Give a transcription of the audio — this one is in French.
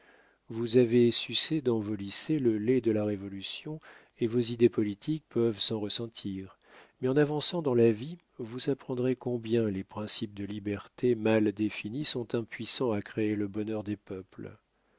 vous avez sucé dans vos lycées le lait de la révolution et vos idées politiques peuvent s'en ressentir mais en avançant dans la vie vous apprendrez combien les principes de liberté mal définis sont impuissants à créer le bonheur des peuples